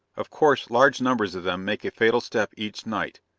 of course, large numbers of them make a fatal step each night,